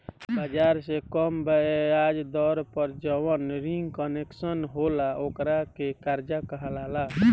बाजार से कम ब्याज दर पर जवन रिंग कंसेशनल होला ओकरा के कर्जा कहाला